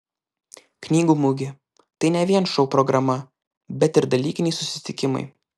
knygų mugė tai ne vien šou programa bet ir dalykiniai susitikimai